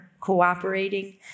cooperating